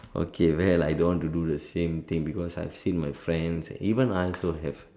okay well I don't want to do the same thing because I've seen my friends and even I also have